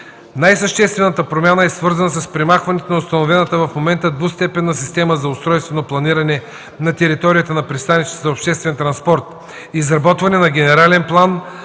Най-съществената промяна е свързана с премахване на установената в момента двустепенна система на устройствено планиране на територията на пристанищата за обществен транспорт: изработване на генерален план